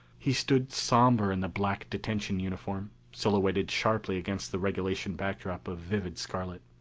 he stood somber in the black detention uniform, silhouetted sharply against the regulation backdrop of vivid scarlet.